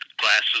glasses